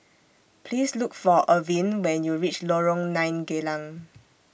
Please Look For Irvine when YOU REACH Lorong nine Geylang